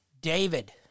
david